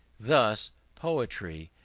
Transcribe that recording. thus poetry,